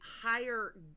higher